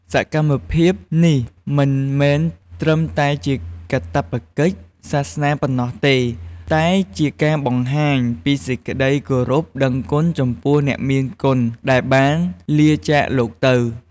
សកម្មភាពនេះមិនមែនត្រឹមតែជាកាតព្វកិច្ចសាសនាប៉ុណ្ណោះទេ តែជាការបង្ហាញពីសេចក្តីគោរពដឹងគុណចំពោះអ្នកមានគុណដែលបានលាចាកលោកទៅ។